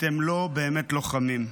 אתם לא באמת לוחמים,